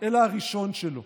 אלא הראשון שלו.